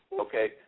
Okay